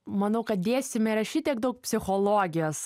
manau kad dėstyme yra šitiek daug psichologijos